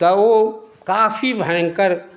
तऽ ओ काफी भयङ्कर